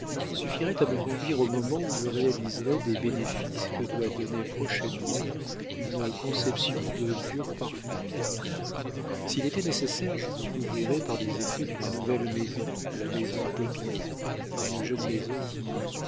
suffirait à me conduire au moment où je réaliserai des bénéfices que doit donner prochainement une conception de pure parfumerie s'il était nécessaire je vous couvrirais par des effets d'une nouvelle maison la maison popinot une jeune maison qui